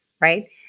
right